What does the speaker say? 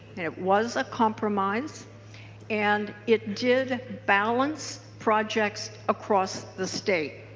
and it was a compromise and it did balance projects across the state.